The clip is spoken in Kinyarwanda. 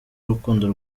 urukundo